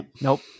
nope